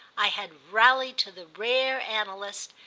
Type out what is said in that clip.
i had rallied to the rare analyst,